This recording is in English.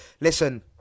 listen